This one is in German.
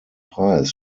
preis